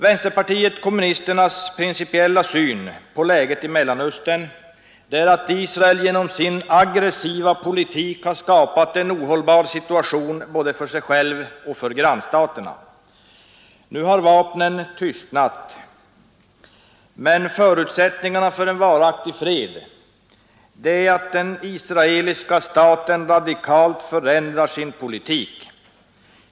Vänsterpartiet kommunisternas principiella syn på läget i Mellanöstern är att Israel genom sin aggressiva politik har skapat en ohållbar situation både för sig självt och för grannstaterna. Nu har vapnen tystnat, men förutsättningarna för en varaktig fred är att den israeliska staten radikalt förändrar sin politik.